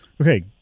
Okay